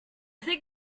think